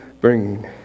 bringing